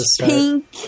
pink